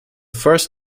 first